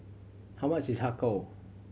how much is Har Kow